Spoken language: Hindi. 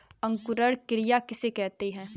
अंकुरण क्रिया किसे कहते हैं?